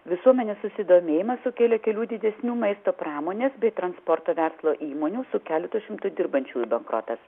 visuomenės susidomėjimą sukėlė kelių didesnių maisto pramonės bei transporto verslo įmonių su keletu šimtų dirbančiųjų bankortas